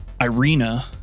Irina